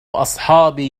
أصحابي